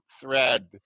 thread